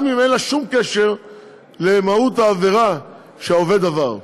גם אם אין לה שום קשר למהות העבירה שהעובד עבר.